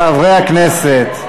חברי הכנסת.